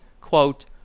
quote